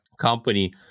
company